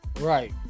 Right